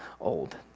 old